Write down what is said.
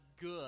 good